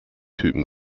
typen